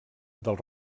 del